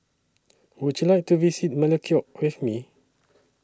Would YOU like to visit Melekeok with Me